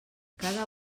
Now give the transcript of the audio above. cada